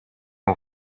aux